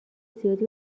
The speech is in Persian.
زیادی